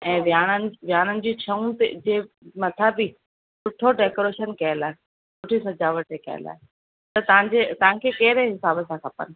ऐं वियाणा वियाणनि जी छहुनि ते जे मथां बि सुठो डेकॉरेशन कयल आहे सुठी सजावट कयल आहे ऐं तव्हांजे तव्हांखे कहिड़े हिसाबु सां खपनि